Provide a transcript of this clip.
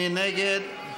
מי נגד?